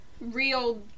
real